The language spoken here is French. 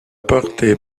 portée